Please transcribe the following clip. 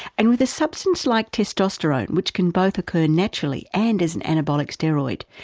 and with a substance like testosterone which can both occur naturally and as an anabolic steroid,